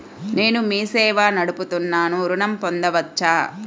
నేను మీ సేవా నడుపుతున్నాను ఋణం పొందవచ్చా?